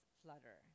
flutter